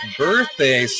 birthday